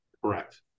Correct